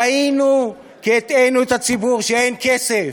טעינו, כי הטענו את הציבור שאין כסף,